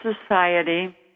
society